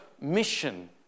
mission